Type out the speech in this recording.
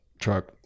truck